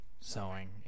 sewing